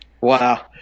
Wow